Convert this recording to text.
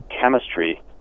chemistry